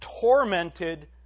tormented